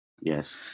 yes